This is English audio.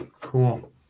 Cool